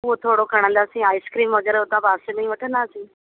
उहो थोरो खणंदासीं आइसक्रीम वग़ैरह उतां पासे में ई वठंदासीं